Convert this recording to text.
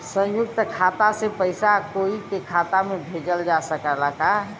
संयुक्त खाता से पयिसा कोई के खाता में भेजल जा सकत ह का?